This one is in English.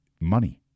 money